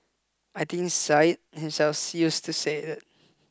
I think Syed himself used to say that